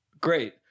great